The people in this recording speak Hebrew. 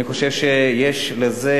אני חושב שיש לזה,